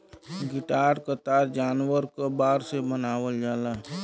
guitar क तार जानवर क बार से बनावल जाला